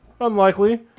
Unlikely